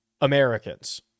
Americans